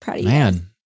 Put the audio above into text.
Man